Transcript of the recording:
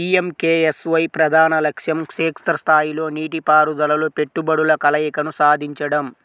PMKSY ప్రధాన లక్ష్యం క్షేత్ర స్థాయిలో నీటిపారుదలలో పెట్టుబడుల కలయికను సాధించడం